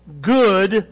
good